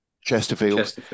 Chesterfield